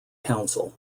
council